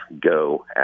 go